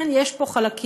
כן, יש פה חלקים